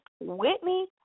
Whitney